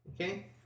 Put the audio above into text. Okay